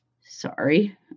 Sorry